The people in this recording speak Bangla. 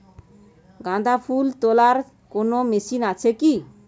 গাঁদাফুল তোলার কোন মেশিন কি আছে?